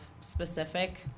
specific